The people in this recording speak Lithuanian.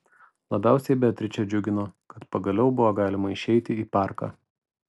labiausiai beatričę džiugino kad pagaliau buvo galima išeiti į parką